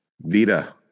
Vita